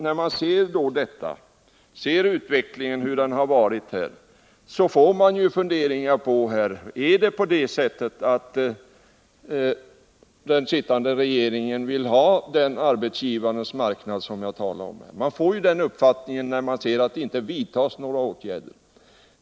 När man ser hur utvecklingen har varit, börjar man fundera på om det är så att den sittande regeringen vill ha den arbetsgivarnas marknad som jag talade om. Man får ju den uppfattningen när man ser att det inte vidtas några åtgärder.